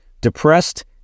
depressed